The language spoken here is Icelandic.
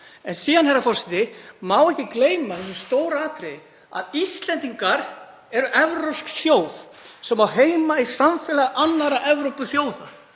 En síðan, herra forseti, má ekki gleyma því stóra atriði að Íslendingar eru evrópsk þjóð sem á heima í samfélagi annarra Evrópuþjóða.